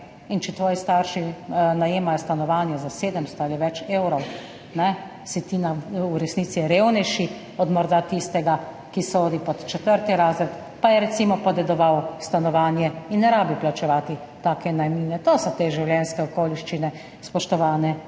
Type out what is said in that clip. in če tvoji starši najemajo stanovanje za 700 ali več evrov, si ti na v resnici morda revnejši od tistega, ki sodi pod četrti razred, pa je recimo podedoval stanovanje in mu ni treba plačevati take najemnine. To so te življenjske okoliščine, spoštovane